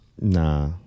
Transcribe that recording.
Nah